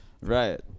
Right